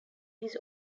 his